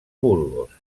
burgos